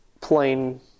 plain